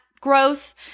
growth